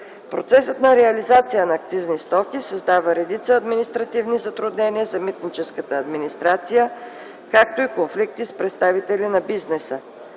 Процесът на реализация на акцизни стоки създава редица административни затруднения за митническата администрация, както и конфликти с представителите на бизнеса.